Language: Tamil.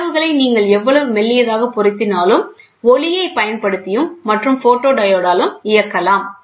அளவுகளை நீங்கள் எவ்வளவு மெல்லியதாக பொருத்தினாலும் ஒளியைப் பயன்படுத்தியும் மற்றும் ஃபோட்டோடியோடால் இயக்கலாம்